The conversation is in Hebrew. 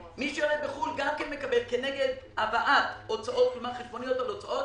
מי שיולדת בחו"ל גם כן מקבלת כנגד הבאת חשבוניות על הוצאות